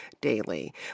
daily